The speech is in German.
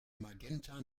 magenta